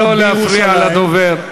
נא לא להפריע לדובר.